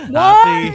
Happy